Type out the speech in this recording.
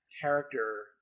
character